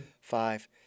five